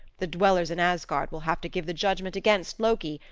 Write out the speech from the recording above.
the dwellers in asgard will have to give the judgment against loki.